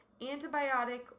antibiotic